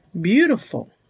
beautiful